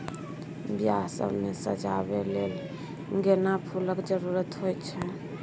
बियाह सब मे सजाबै लेल गेना फुलक जरुरत होइ छै